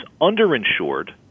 underinsured